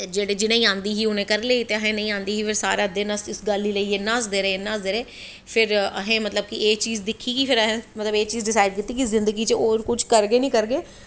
जिनेंगी आंदी ही ते उनैं करी लेई ते असेंगी नेंईआंदी ही ते फिर सारा दिन उस गल्ल गी लेईयै अस इन्ना हसदे रेह् हसदे रेह् फिर असैं मतलव कि एह् चीज़ दिक्खी कि एह् चीज़ डिसाईड़ कीती कि होर कुश करगे नी करगे